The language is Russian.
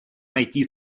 найти